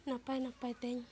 ᱱᱟᱯᱟᱭ ᱱᱟᱯᱟᱭ ᱛᱮᱧ